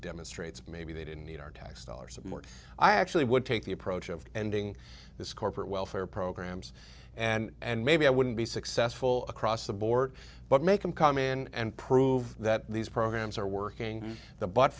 demonstrates maybe they didn't need our tax dollars more i actually would take the approach of ending this corporate welfare programs and maybe i wouldn't be successful across the board but make them come in and prove that these programs are working the bu